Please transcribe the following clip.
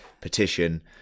petition